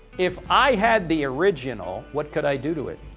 if i had the original, what could i do to it?